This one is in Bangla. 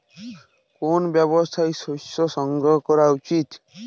কোন অবস্থায় শস্য সংগ্রহ করা উচিৎ?